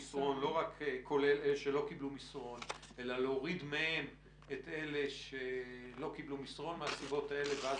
זה מספר 3. מדוחות 15 ואילך.